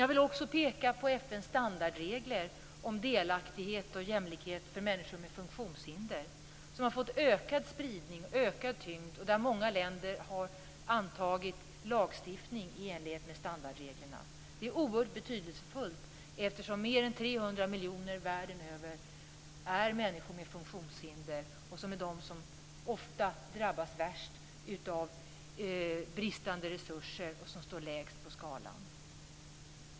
Jag vill vidare peka på FN:s standardregler om delaktighet och jämlikhet för människor med funktionshinder som har fått ökad spridning och ökad tyngd. Många länder har antagit lagstiftning i enlighet med standardreglerna. Det är oerhört betydelsefullt eftersom mer än 300 miljoner världen över är människor med funktionshinder. Det är de som ofta drabbas värst av bristande resurser och står lägst på skalan.